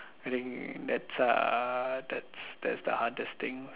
think that's uh that's that's the hardest thing